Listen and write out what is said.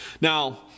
Now